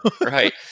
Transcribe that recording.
Right